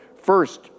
First